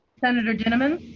senator, gentlemen.